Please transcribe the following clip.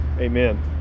amen